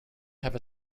have